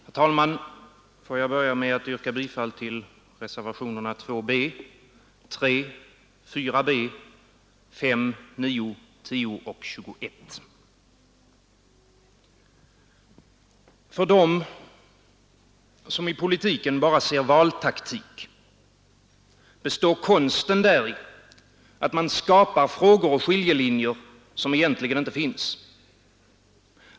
Herr talman! Låt mig börja med att yrka bifall till reservationerna 2 b, 3,4 b, 5, 9, 10 och 21. För dem som i politiken bara ser valtaktik består konsten däri, att man skapar frågor och skiljelinjer som egentligen inte finns.